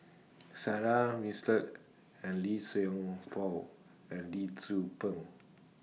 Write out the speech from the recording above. Sarah Winstedt and Lee Song Paul and Lee Tzu Pheng